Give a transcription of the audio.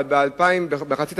אבל במחצית השנייה,